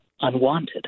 unwanted